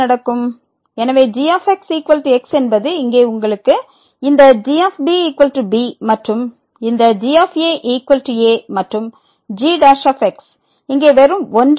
எனவே g x x என்பது இங்கே உங்களுக்கு இந்த g b b மற்றும் இந்த g a a மற்றும் g இங்கே வெறும் 1 ஆகும்